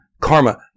Karma